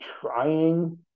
trying